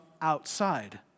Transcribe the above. outside